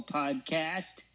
podcast